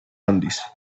handiz